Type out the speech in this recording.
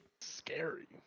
Scary